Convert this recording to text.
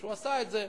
וכשהוא עשה את זה,